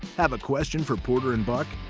have a question for porter and buck?